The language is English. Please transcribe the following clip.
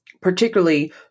particularly